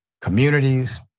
communities